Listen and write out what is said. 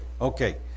Okay